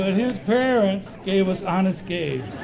his parents gave us honest gabe.